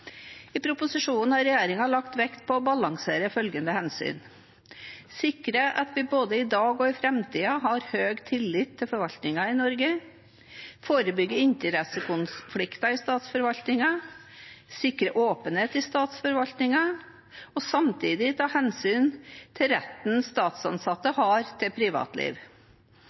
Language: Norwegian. I proposisjonen har regjeringen lagt vekt på å balansere følgende hensyn: sikre at vi både i dag og i framtiden har høy tillit til forvaltningen i Norge forebygge interessekonflikter i statsforvaltningen sikre åpenhet i statsforvaltningen samtidig ta hensyn til retten statsansatte har til privatliv